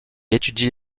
étudie